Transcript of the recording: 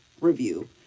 review